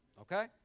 Okay